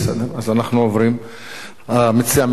המציע מסתפק.